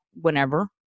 whenever